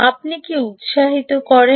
আপনি কী উৎসাহিত করেন